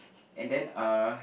and then uh